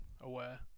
aware